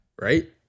Right